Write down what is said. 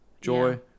joy